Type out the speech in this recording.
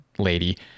lady